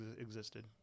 existed